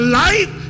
life